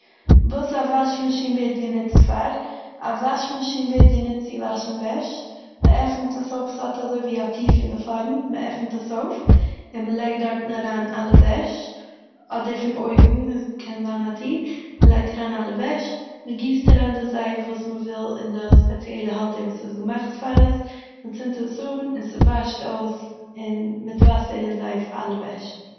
וואס א וואש מאשין ווערט גענוצט פאר. א וואש מאשין ווערט גענוצט צו וואשן וועש. מ'עפנט עס אויף- ס'האט אזויווי א טיר פון די פארנט, מ'עפנט עס אויף, און מ'לייגט דארטן אריין אלע וועש, אדער פון אויבן נ- קען זיין א טיר, מ'לייגט אריין אלע וועש, מ'גיסט אריין די זייף וואס מ'וויל אין די ספעציעלע האלטער וואס איז געמאכט פאר עס, מ'צינדט עס אן און ס'וואשט אויס אין- מיט וואסער אין זייף אלע וועש.